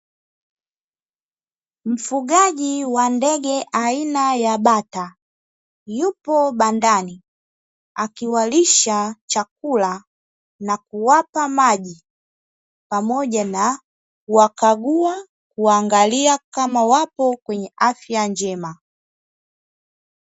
Mfugaji wa ndege aina ya bata, yupo bandani akiwalisha chakula na kuwapa maji pamoja na kuwakagua, kuwaangalia kama wapo kwenye afya njema.